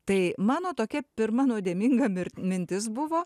tai mano tokia pirma nuodėminga mir mintis buvo